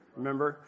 remember